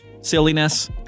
silliness